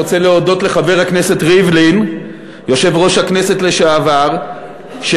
הכנסת ריבלין מאוד צודק,